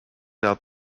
out